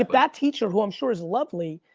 that teacher, who i'm sure is lovely,